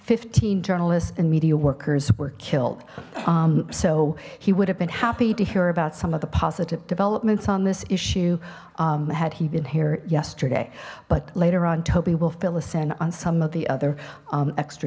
fifteen journalists and media workers were killed so he would have been happy to hear about some of the positive developments on this issue had he been here yesterday but later on toby will fill us in on some of the other